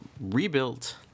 rebuilt